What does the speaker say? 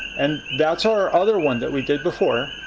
and that's our other one that we did before.